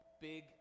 big